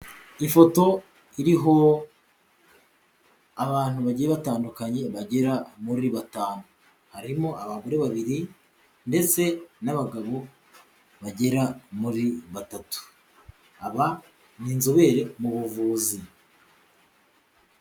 Ifoto iriho abantu bagiye batandukanye bagera muri batanu, harimo abagore babiri ndetse n'abagabo bagera muri batatu. Aba ni inzobere mu buvuzi.